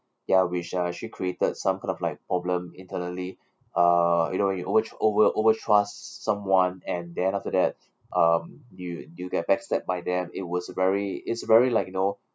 ya we shall actually created some kind of like problem internally uh you know you over tr~ over over-trust someone and then after that um you you get back stabbed by them it was very is very like you know